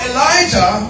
Elijah